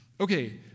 Okay